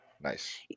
Nice